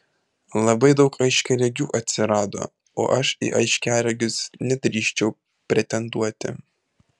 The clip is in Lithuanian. labai daug aiškiaregių atsirado o aš į aiškiaregius nedrįsčiau pretenduoti